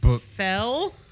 fell